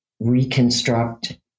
Reconstruct